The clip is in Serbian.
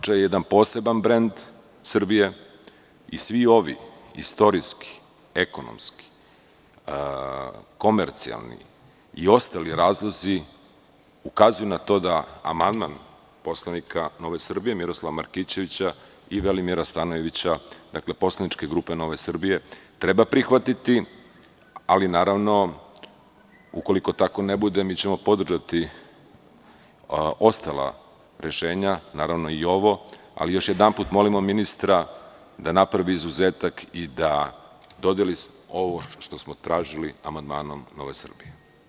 Guča je jedan poseban brend Srbije i svi ovi istorijski, ekonomski, komercijalni i ostali razlozi ukazuju na to da amandman poslanika Nove Srbije, Miroslava Markićevića i Velimira Stanojevića, dakle, poslaničke grupe Nove Srbije treba prihvatiti, ali naravno ukoliko tako ne bude mi ćemo podržati ostala rešenja, naravno i ovo, ali još jedanput molimo ministra da napravi izuzetak i da dodeli ovo što smo tražili amandmanom Nove Srbije.